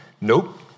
Nope